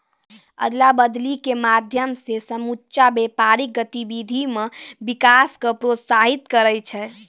अदला बदली के माध्यम से समुच्चा व्यापारिक गतिविधि मे विकास क प्रोत्साहित करै छै